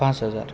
पांच हजार